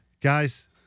guys